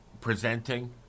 presenting